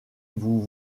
vous